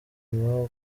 mao